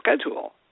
schedule